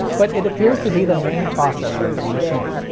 but it appears to be the main processor for the machine.